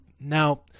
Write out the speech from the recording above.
now